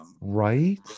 right